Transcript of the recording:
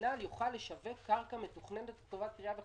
שהמינהל יוכל לשווק קרקע מתוכננת לטובת כרייה וחציבה.